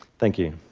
thank you.